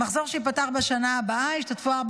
במחזור שייפתח בשנה הבאה ישתתפו ארבע